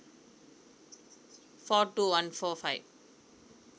four two one four five